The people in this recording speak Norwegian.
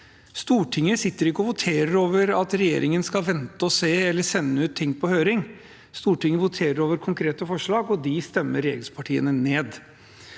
Stortinget sitter ikke og voterer over at regjeringen skal vente og se eller sende ut ting på høring. Stortinget voterer over konkrete forslag, og dem stemmer regjeringspartiene ned.